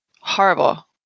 Horrible